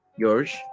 George